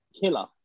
Killer